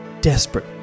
Desperate